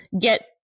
get